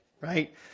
right